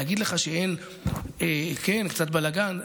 להגיד לך שאין קצת בלגן?